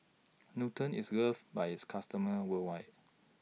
Nutren IS loved By its customers worldwide